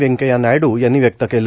व्यंकेय्या नायडू यांनी व्यक्त केलं